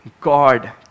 God